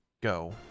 go